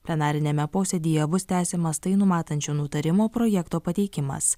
plenariniame posėdyje bus tęsiamas tai numatančio nutarimo projekto pateikimas